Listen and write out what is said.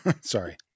Sorry